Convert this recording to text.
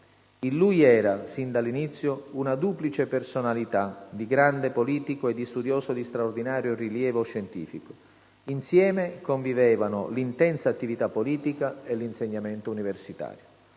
«In lui era, sin dall'inizio, una duplice personalità di grande politico e di studioso di straordinario rilievo scientifico; insieme convivevano l'intensa attività politica e l'insegnamento universitario».